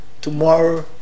tomorrow